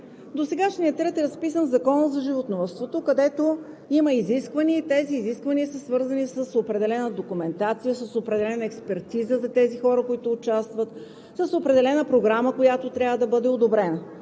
Досегашният ред е разписан в Закона за животновъдството, където има изисквания и те са свързани с определена документация, с определена експертиза за хората, които участват, с определена програма, която трябва да бъде одобрена.